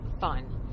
fun